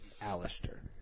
Alistair